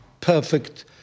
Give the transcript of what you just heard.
perfect